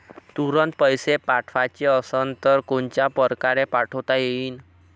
तुरंत पैसे पाठवाचे असन तर कोनच्या परकारे पाठोता येईन?